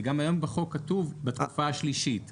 כי גם היום בחוק כתוב: בתקופה השלישית.